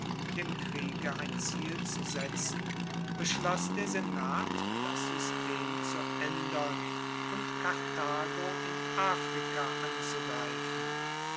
dem kriege ein ziel zu setzen beschloss der senat das system zu aendern und karthago in afrika anzugreifen